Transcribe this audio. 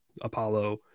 apollo